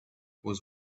was